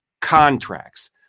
contracts